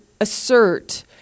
assert